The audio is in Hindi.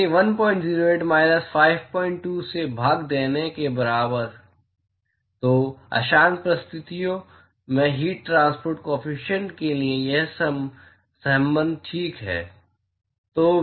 यानी 108 माइनस 52 से भाग देने के बराबर तो अशांत परिस्थितियों में हीट ट्रांसपोर्ट काॅफिशियंट के लिए यह सहसंबंध ठीक है